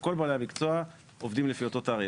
וכל בעלי המקצוע עובדים לפי אותו תעריף.